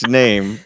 name